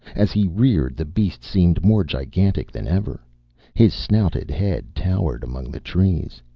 as he reared, the beast seemed more gigantic than ever his snouted head towered among the trees.